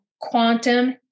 quantum